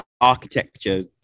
architecture